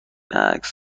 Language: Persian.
عکس